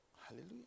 Hallelujah